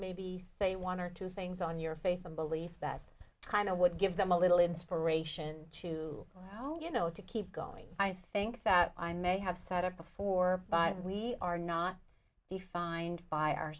maybe say one or two things on your faith and belief that kind of would give them a little inspiration to go you know to keep going i think that i may have said it before but we are not defined by our